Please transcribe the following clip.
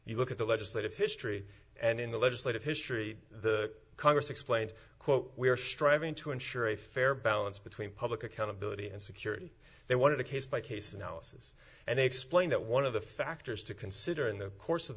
you look at the legislative history and in the legislative history the congress explained quote we are striving to ensure a fair balance between public accountability and security they wanted a case by case analysis and they explain that one of the factors to consider in the course of